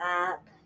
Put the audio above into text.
up